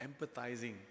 empathizing